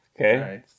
Okay